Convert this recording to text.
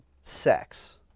sex